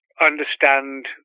understand